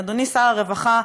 אדוני שר הרווחה,